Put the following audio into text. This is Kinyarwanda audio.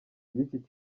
by’iki